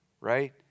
right